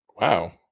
Wow